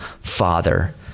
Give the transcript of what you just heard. father